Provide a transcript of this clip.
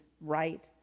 right